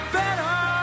better